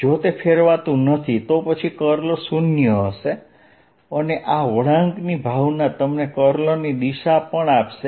જો તે ફેરવાતું નથી તો પછી કર્લ શૂન્ય હશે અને આ વળાંકની ભાવના તમને કર્લની દિશા પણ આપશે